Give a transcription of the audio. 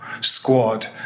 squad